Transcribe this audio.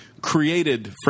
created